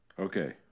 Okay